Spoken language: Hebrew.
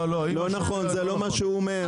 לא נכון, זה לא מה שהוא אומר.